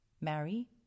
marry